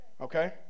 Okay